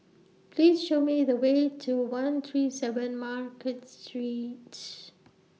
Please Show Me The Way to one three seven Market Street